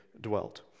dwelt